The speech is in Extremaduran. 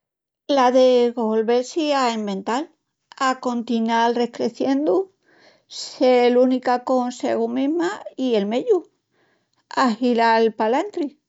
La de golvel-si a envental, acontinal rescreciendu, sel única con segu mesma i el meyu. Ahilal palantri.